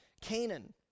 Canaan